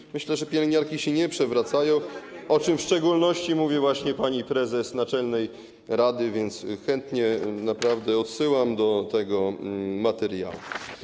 I myślę, że pielęgniarki się nie przewracają, o czym w szczególności mówi właśnie pani prezes naczelnej rady, więc chętnie naprawdę odsyłam do tego materiału.